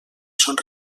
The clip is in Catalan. són